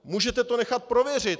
Můžete to nechat prověřit!